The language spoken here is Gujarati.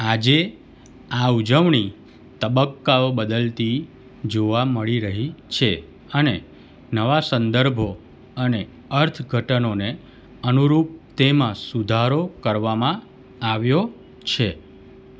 આજે આ ઉજવણી તબક્કાઓ બદલતી જોવા મળી રહી છે અને નવા સંદર્ભો અને અર્થઘટનોને અનુરૂપ તેમાં સુધારો કરવામાં આવ્યો છે